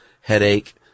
headache